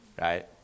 right